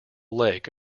lake